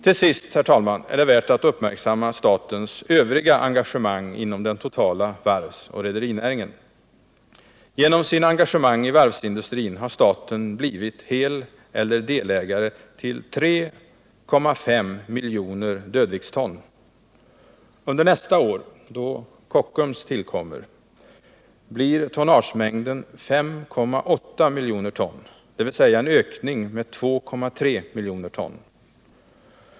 Det är, herr talman, värt att uppmärksamma statens övriga engagemang inom den totala varvsoch rederinäringen. Genom sina engagemang inom varvsindustrin har staten blivit heleller delägare till 3,5 miljoner dödviktston. Under nästa år — då Kockums tillkommer — blir tonnagemängden 5,8 miljoner ton, dvs. en ökning med 2,3 miljoner ton.